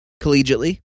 collegiately